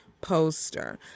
poster